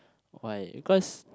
why because